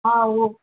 ஆ okay